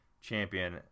Champion